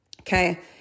Okay